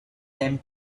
them